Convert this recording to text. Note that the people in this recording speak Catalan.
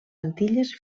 antilles